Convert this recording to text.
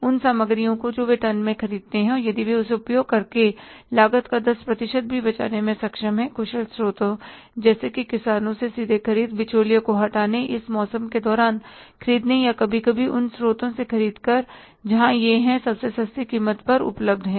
उन सामग्रियों को जो वे टन में खरीदते हैं और यदि वे उसे उपयोग करके लागत का 10 प्रतिशत भी बचाने में सक्षम हैं कुशल स्रोतों जैसे कि किसानों से सीधे ख़रीद बिचौलिया को हटाने इस मौसम के दौरान खरीदने या कभी कभी उन स्रोतों से ख़रीद कर जहां यह है सबसे सस्ती कीमत पर उपलब्ध है